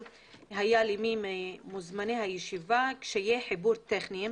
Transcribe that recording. היה למי ממוזמני הישיבה כשיהיה חיבור טכני,